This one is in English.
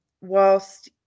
whilst